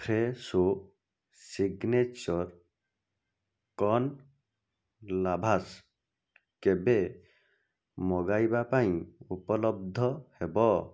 Fresho signature corn lavash କେବେ ମଗାଇବା ପାଇଁ ଉପଲବ୍ଧ ହେବ